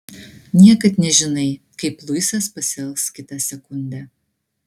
niekad nežinai kaip luisas pasielgs kitą sekundę